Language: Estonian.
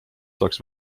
saaks